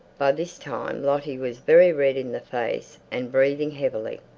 by this time lottie was very red in the face and breathing heavily.